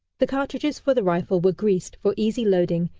the cartridges for the rifle were greased, for easy loading,